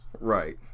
Right